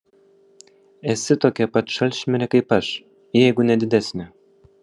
esi tokia pat šalčmirė kaip aš jeigu ne didesnė